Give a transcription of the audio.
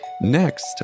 Next